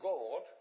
God